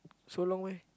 so long meh